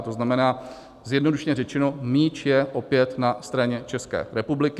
To znamená, zjednodušeně řečeno, míč je opět na straně České republiky.